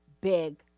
big